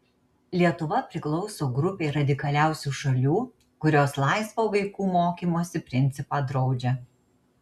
lietuva priklauso grupei radikaliausių šalių kurios laisvo vaikų mokymosi principą draudžia